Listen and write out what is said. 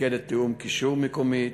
מפקדת תיאום וקישור מקומית,